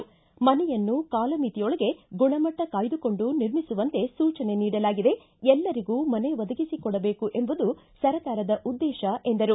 ಮನೆಯನ್ನು ಕಾಲಮಿತಿಯೊಳಗೆ ಗುಣಮಟ್ಟ ಕಾಯ್ದುಕೊಂಡು ನಿರ್ಮಿಸುವಂತೆ ಸೂಚನೆ ನೀಡಲಾಗಿದೆ ಎಲ್ಲರಿಗೂ ಮನೆ ಒದಗಿಸಿ ಕೊಡಬೇಕು ಎಂಬುದು ಸರ್ಕಾರದ ಉದ್ದೇತಿ ಎಂದರು